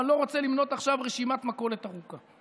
ואני לא רוצה למנות עכשיו רשימת מכולת ארוכה.